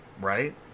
right